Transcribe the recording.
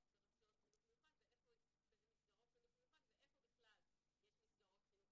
במסגרות חינוך מיוחד ואיפה בכלל יש מסגרות חינוך מיוחד.